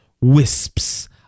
Wisps